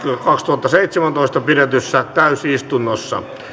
kaksituhattaseitsemäntoista pidetyssä täysistunnossa